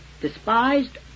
despised